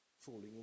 falling